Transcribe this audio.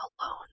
alone